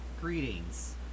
greetings